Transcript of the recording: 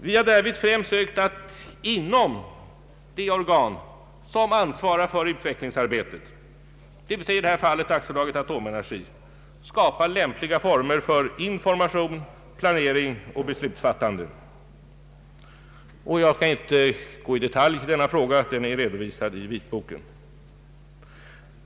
Vi har därvid främst sökt att inom de organ som ansvarar för utvecklingsarbetet — dvs. i detta fall AB Atomenergi — skapa lämpliga former för information, planering och beslutsfattande. Jag skall inte gå in på denna fråga i detalj, eftersom den är redovisad i vitboken.